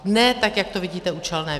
Ne tak, jak to vidíte účelné vy.